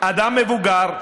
אדם מבוגר,